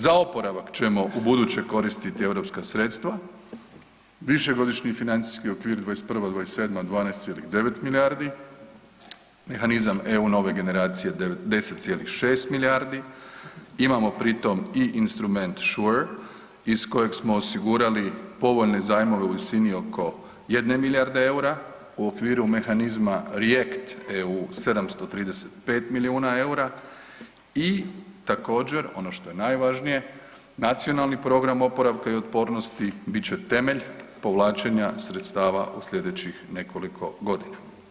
Za oporavak ćemo ubuduće koristiti europska sredstva, višegodišnji financijski okvir 2021.-2027. 12,9 milijardi, mehanizam EU „Nove generacije“ 10,6 milijardi, imamo i pri tom i instrument SURE iz kojeg smo osigurali povoljne zajmove u visini oko 1 milijarde eura, u okviru mehanizma REACT-EU 735 milijuna eura i također ono što je najvažnije Nacionalni program oporavka i otpornosti bit će temelj povlačenja sredstava u sljedećih nekoliko godina.